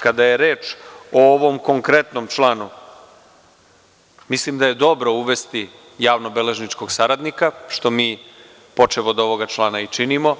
Kada je reč o ovom konkretnom članu, mislim da je dobro uvesti javnobeležničkog saradnika, što mi, počev od ovog člana, činimo,